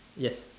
yes